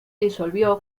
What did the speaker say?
disolvió